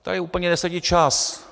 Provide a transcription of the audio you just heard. Tady úplně nesedí čas.